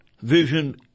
vision